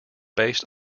based